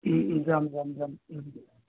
যাম যাম যাম